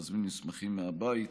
להזמין מסמכים מהבית,